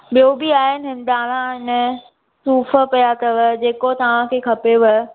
ॿियो बि आहे हिंदाणा आहिनि सूफ़ पिया अथव जेको तव्हांखे खपेव